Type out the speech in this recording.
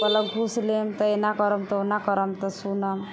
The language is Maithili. कहलक घुस लेम तऽ एना करम तऽ ओना करम तऽ सुनम